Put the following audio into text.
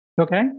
Okay